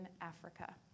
Africa